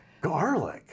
Garlic